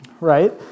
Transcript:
right